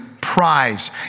prize